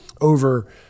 over